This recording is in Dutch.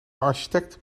architect